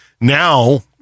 Now